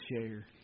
share